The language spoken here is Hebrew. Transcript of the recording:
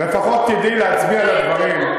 לפחות תדעי להצביע על הדברים.